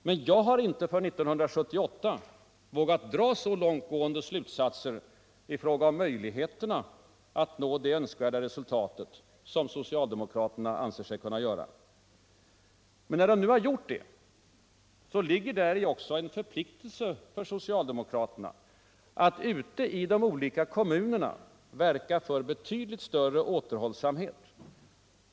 Jag har emellertid inte för 1978 vågat dra så långtgående slutsatser i fråga om möjligheterna att nå det önskvärda resultatet som socialdemokraterna anser sig kunna göra. Men när de nu har gjort'det, så ligger däri också en förpliktelse för socialdemokraterna att ute i de olika kommunerna verka för betydligt större återhållsamhet.